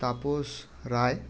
Tapas Roy